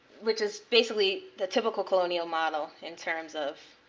which is basically the typical colonial model in terms of